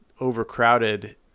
overcrowded